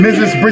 Mrs